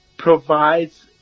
Provides